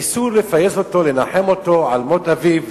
ניסו לפייס אותו, לנחם אותו על מות אביו.